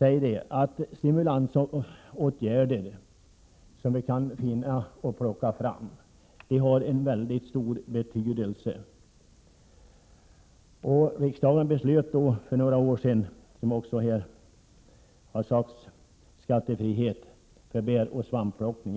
vill jag bara till sist säga att de stimulansåtgärder som kan tas fram har mycket stor betydelse. Riksdagen beslöt för några år sedan, som också har sagts här, om skattefrihet när det gäller bäroch svampplockning.